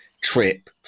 trip